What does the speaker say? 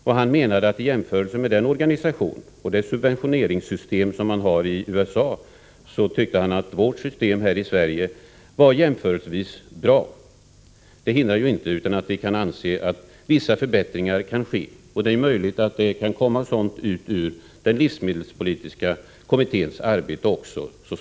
Han menade att vårt system, i jämförelse med den organisation och det subventioneringssystem som finns i USA, var förhållandevis bra. Det hindrar inte att vissa förbättringar kan ske. Det är möjligt att det så småningom kan bli resultatet av den livsmedelspolitska kommitténs arbete.